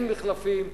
אין מחלפים,